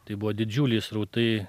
tai buvo didžiuliai srautai